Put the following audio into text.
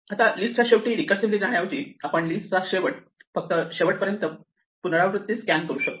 आता लिस्टच्या शेवटी रिकर्सीव्हली जाण्याऐवजी आपण लिस्टचा शेवट फक्त शेवट पर्यंत पुनरावृत्तीने स्कॅन करू शकतो